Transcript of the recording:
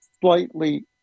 slightly